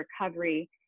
recovery